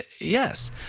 yes